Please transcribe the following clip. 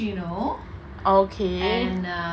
okay